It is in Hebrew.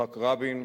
יצחק רבין